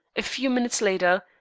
a few minutes later,